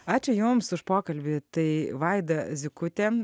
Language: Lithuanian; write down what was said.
ačiū jums už pokalbį tai vaida zykutė